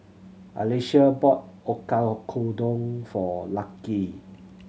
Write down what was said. Alysia bought Oyakodon for Lucky